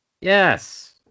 Yes